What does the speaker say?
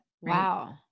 Wow